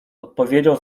odpowiedział